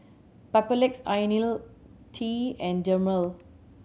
Papulex Ionil T and Dermale